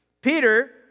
Peter